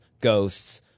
ghosts